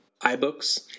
iBooks